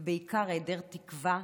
ובעיקר היעדר תקווה,